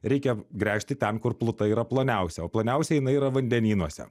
reikia gręžti ten kur pluta yra ploniausia o ploniausia jinai yra vandenynuose